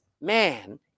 man